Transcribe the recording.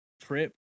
trip